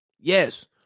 yes